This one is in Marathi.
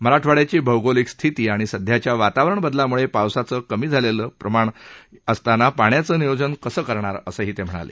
मराठवाड्याची भौगोलिक स्थिती आणि सध्याच्या वातावरण बदलामुळे पावसाचं कमी झालेलं असताना पाण्याचं नियोजन कसं करणार असंही ते म्हणाले